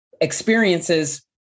experiences